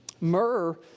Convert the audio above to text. Myrrh